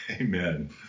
Amen